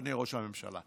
אדוני ראש הממשלה.